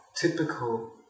typical